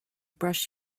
brush